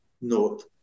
note